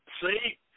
see